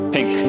Pink